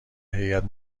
هیات